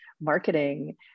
marketing